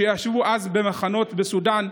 שישבו אז במחנות בסודאן,